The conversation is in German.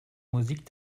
musik